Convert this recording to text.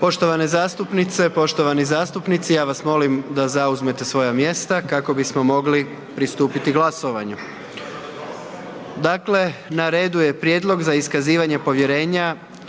Poštovane zastupnice, poštovani zastupnici, ja vas molim da zauzmete svoja mjesta kako bismo mogli pristupiti glasovanju. Dakle, na redu je Prijedlog za iskazivanje povjerenja